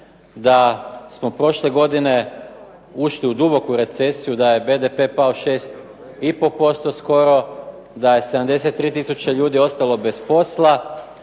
da smo prošle godine ušli u duboku recesiju, da je BDP pao 6,5% skoro, da je 73 tisuće ljudi ostalo bez posla,